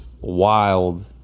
wild